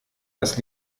das